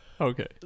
Okay